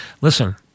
Listen